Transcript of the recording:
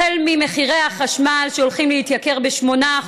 החל ממחירי החשמל שהולכים להתייקר ב-8%,